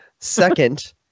Second